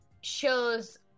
shows